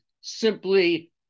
simply